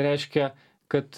reiškia kad